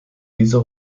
dieser